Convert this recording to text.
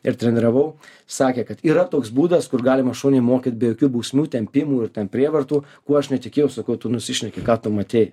ir treniravau sakė kad yra toks būdas kur galima šunį mokyt be jokių bausmių tempimų ir ten prievartų kuo aš netikėjau sakau tu nusišneki ką tu matei